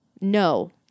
no